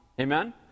amen